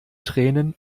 tränen